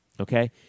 Okay